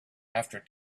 after